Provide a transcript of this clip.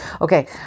Okay